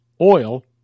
oil